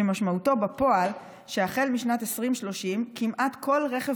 שמשמעותו בפועל שהחל משנת 2030 כמעט כל רכב